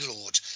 Lord